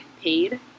paid